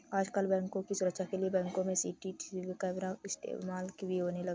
आजकल बैंकों की सुरक्षा के लिए बैंकों में सी.सी.टी.वी कैमरा का इस्तेमाल भी होने लगा है